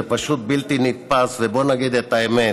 זה פשוט בלתי נתפס, ובואו נגיד את האמת: